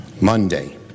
Monday